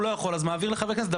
הוא לא יכול אז הוא מעביר לחבר כנסת,